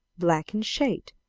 black in shade,